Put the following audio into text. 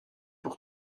pour